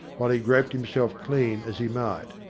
while he groped himself clean as he might.